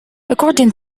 according